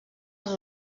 els